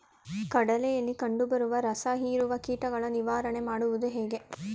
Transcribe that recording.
ಕಡಲೆಯಲ್ಲಿ ಕಂಡುಬರುವ ರಸಹೀರುವ ಕೀಟಗಳ ನಿವಾರಣೆ ಮಾಡುವುದು ಹೇಗೆ?